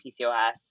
PCOS